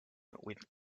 with